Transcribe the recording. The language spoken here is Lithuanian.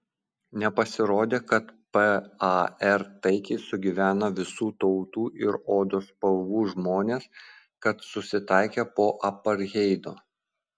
nepasirodė kad par taikiai sugyvena visų tautų ir odos spalvų žmonės kad susitaikė po apartheido